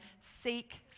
seek